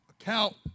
account